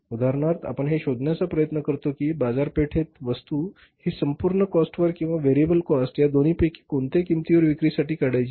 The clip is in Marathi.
उदाहरणार्थ आपण हे शोधण्याचा प्रयत्न करतो कि बाजारपेठेत वस्तू हि संपूर्ण कॉस्ट वर किंवा व्हेरिएबल कॉस्ट या दोन्ही पैकी कोणत्या किमतीवर विक्री साठी काढायची